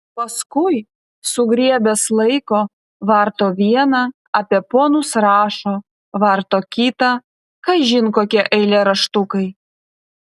paskui sugriebęs laiko varto vieną apie ponus rašo varto kitą kažin kokie eilėraštukai